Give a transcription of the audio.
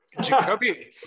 Jacoby